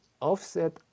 offset